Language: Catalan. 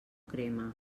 crema